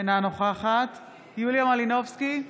אינה נוכחת יוליה מלינובסקי,